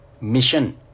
mission